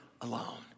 alone